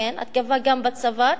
התקפה גם בצוואר,